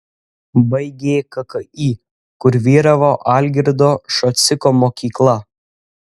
baigė kki kur vyravo algirdo šociko mokykla